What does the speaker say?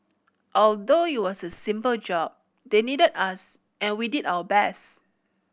although it was a simple job they needed us and we did our best